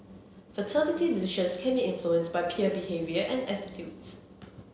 fertility decisions can be influenced by peer behaviour and attitudes